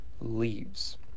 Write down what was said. leaves